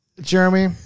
Jeremy